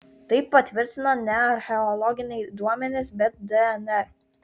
tai patvirtina ne archeologiniai duomenys bet dnr